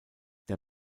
der